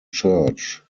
church